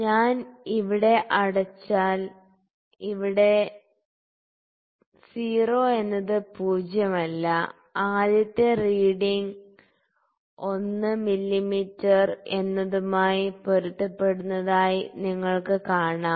ഞാനിത് ഇവിടെ അടച്ചാൽ ഇവിടെ 0 എന്നത് പൂജ്യം അല്ല ആദ്യത്തെ റീഡിങ് 1 മില്ലീമീറ്റർ എന്നതുമായി പൊരുത്തപ്പെടുന്നതായി നിങ്ങൾക്ക് കാണാം